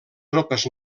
tropes